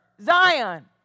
Zion